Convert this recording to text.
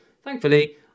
Thankfully